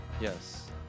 Yes